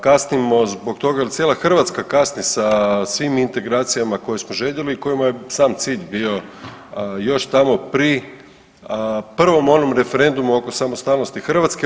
Kasnimo zbog toga jer cijela Hrvatska kasni sa svim integracijama koje smo željeli i kojima je sam cilj bio još tamo pri prvom onom referendumu oko samostalnosti Hrvatske.